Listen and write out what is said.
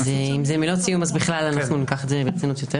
אז אם זה מילות סיום אז בכלל ניקח את זה יותר ברצינות.